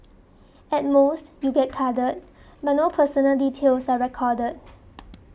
at most you get carded but no personal details are recorded